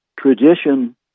tradition